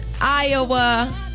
Iowa